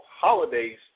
holidays